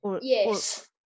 Yes